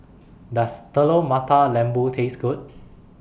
Does Telur Mata Lembu Taste Good